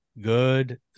good